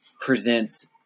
Presents